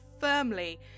firmly